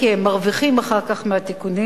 כי הם מרוויחים אחר כך מהתיקונים,